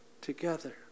together